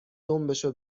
دمبشو